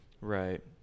Right